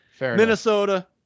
Minnesota